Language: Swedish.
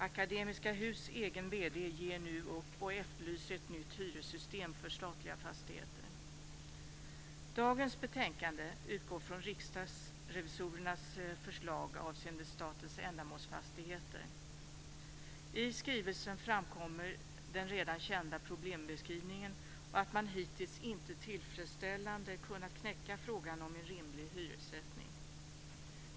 Akademiska Hus egen vd ger nu upp och efterlyser ett nytt hyressystem för statliga fastigheter. skrivelsen framkommer den redan kända problembeskrivningen; att man hittills inte tillfredsställande kunnat knäcka frågan om en rimlig hyressättning.